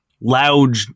loud